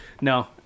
No